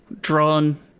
drawn